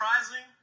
surprising